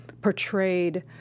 portrayed